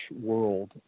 world